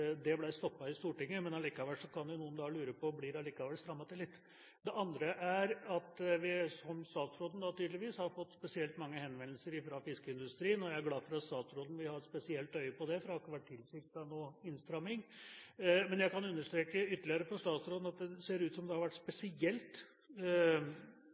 i Stortinget, men allikevel kan jo noen lure på om det allikevel blir strammet til litt. Det andre er at vi – som statsråden òg tydeligvis – har fått spesielt mange henvendelser fra fiskeindustrien, og jeg er glad for at statsråden vil ha et spesielt øye på det, for noen innstramming har ikke vært tilsiktet. Men jeg kan understreke ytterligere overfor statsråden at det ser ut som det har vært